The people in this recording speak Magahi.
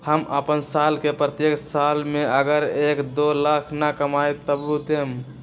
हम अपन साल के प्रत्येक साल मे अगर एक, दो लाख न कमाये तवु देम?